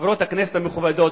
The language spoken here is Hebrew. חברות הכנסת המכובדות,